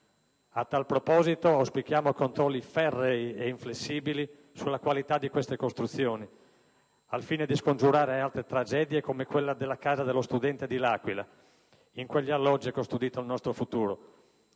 A tale proposito, auspichiamo controlli ferrei ed inflessibili sulla qualità di queste costruzioni, al fine di scongiurare altre tragedie come quelle della Casa dello studente dell'Aquila; in quegli alloggi è custodito il nostro futuro.